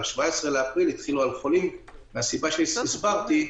מהסיבה שאמרתי,